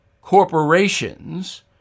corporations